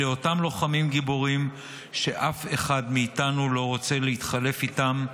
אלה אותם לוחמים גיבורים שאף אחד מאיתנו לא רוצה להתחלף איתם,